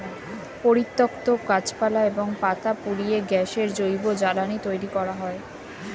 পরিত্যক্ত গাছপালা এবং পাতা পুড়িয়ে গ্যাসীয় জৈব জ্বালানি তৈরি করা হয়